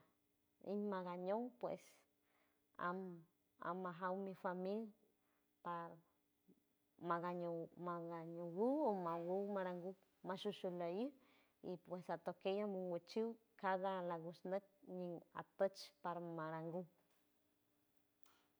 Imagañow pues am amajaw mi famil, par magañow magañowu omagul marangu mashushulair y pues atokey a mongochiw cada lagusnüt nin atoch par marangu